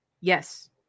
Yes